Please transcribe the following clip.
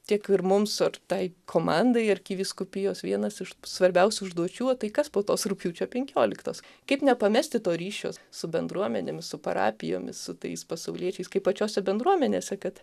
tiek ir mums tai komandai arkivyskupijos vienas iš svarbiausių užduočių tai kas po tos rugpjūčio penkioliktos kaip nepamesti to ryšio su bendruomenėmis su parapijomis su tais pasauliečiais kaip pačiose bendruomenėse kad